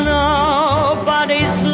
nobody's